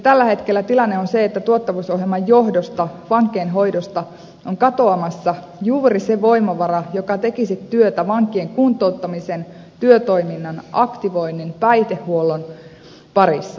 tällä hetkellä tilanne on se että tuottavuusohjelman johdosta vankeinhoidosta on katoamassa juuri se voimavara joka tekisi työtä vankien kuntouttamisen työtoiminnan aktivoinnin päihdehuollon parissa